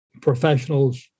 professionals